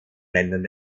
ländern